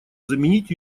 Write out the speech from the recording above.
заменить